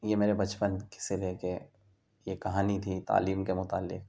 یہ میرے بچپن کی سے لے کے یہ کہانی تھی تعلیم کے متعلق